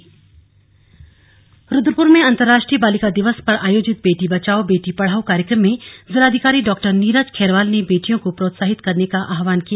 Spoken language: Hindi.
स्लग अंतरराष्ट्रीय बालिका दिवस रुद्रपुर रुद्रपुर में अन्तर्राष्ट्रीय बालिका दिवस पर आयोजित बेटी बचाओ बेटी पढ़ाओ कार्यक्रम में जिलाधिकारी डॉ नीरज खैरवाल ने बेटियों को प्रोत्साहित करने का आह्वान किया